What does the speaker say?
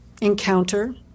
encounter